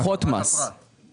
ב-50 מיליון ---.